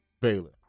Baylor